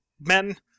Men